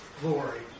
glory